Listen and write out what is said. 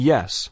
Yes